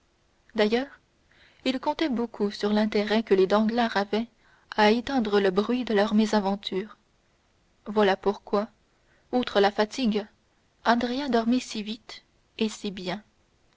d'ailleurs il comptait beaucoup sur l'intérêt que les danglars avaient à éteindre le bruit de leur mésaventure voilà pourquoi outre la fatigue andrea dormit si vite et si bien